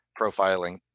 profiling